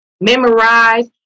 memorize